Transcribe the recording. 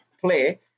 play